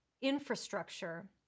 infrastructure